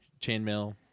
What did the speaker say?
chainmail